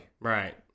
Right